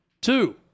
Two